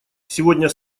сегодня